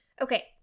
okay